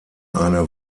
eine